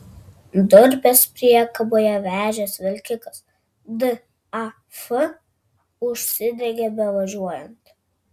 durpes priekaboje vežęs vilkikas daf užsidegė bevažiuojant